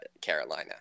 Carolina